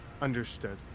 Understood